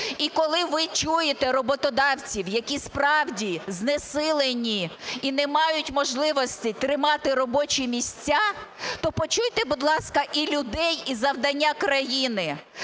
І коли ви чуєте роботодавців, які справді знесилені і не мають можливості тримати робочі місця, то почуйте, будь ласка, і людей, і завдання країни.